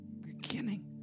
beginning